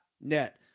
net